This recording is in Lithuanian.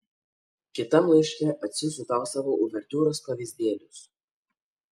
kitam laiške atsiųsiu tau savo uvertiūros pavyzdėlius